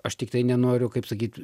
aš tiktai nenoriu kaip sakyt